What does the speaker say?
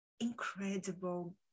incredible